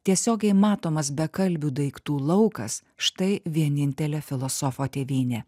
tiesiogiai matomas bekalbių daiktų laukas štai vienintelė filosofo tėvynė